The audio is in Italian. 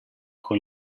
con